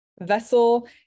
vessel